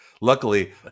Luckily